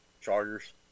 Chargers